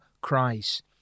cries